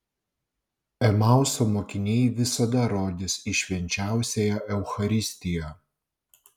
emauso mokiniai visada rodys į švenčiausiąją eucharistiją